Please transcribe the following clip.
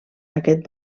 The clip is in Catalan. aquest